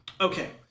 Okay